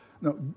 No